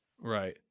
Right